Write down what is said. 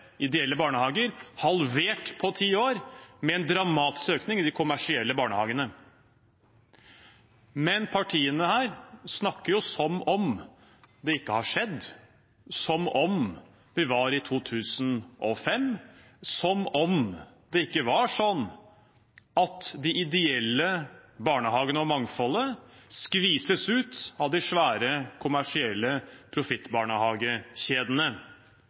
ideelle barnehager, halvert på ti år, og en dramatisk økning i de kommersielle barnehagene. Men partiene her snakker jo som om det ikke har skjedd, som om vi var i 2005, som om det ikke var sånn at de ideelle barnehagene og mangfoldet skvises ut av de svære, kommersielle profittbarnehagekjedene.